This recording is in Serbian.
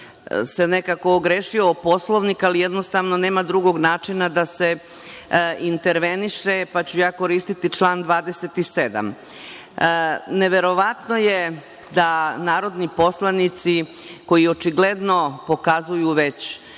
se nekako ogrešio o Poslovnik, ali jednostavno nema drugog načina da se interveniše, pa ću ja koristiti član 27.Neverovatno je da narodni poslanici koji očigledno pokazuju već